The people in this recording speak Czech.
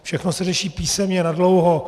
Všechno se řeší písemně, nadlouho.